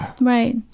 right